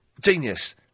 Genius